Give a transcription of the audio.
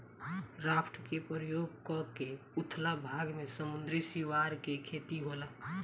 raft के प्रयोग क के उथला भाग में समुंद्री सिवार के खेती होला